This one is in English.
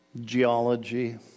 Geology